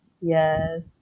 Yes